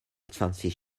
zwanzig